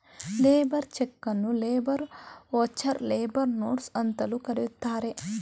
labour ಚಕನ್ನು labour voucher, labour notes ಅಂತಲೂ ಕರೆಯುತ್ತಾರೆ